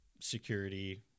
security